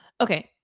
okay